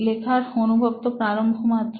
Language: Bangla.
লিখতে অনুভব তো প্রারম্ভ মাত্র